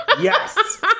Yes